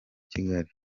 kigali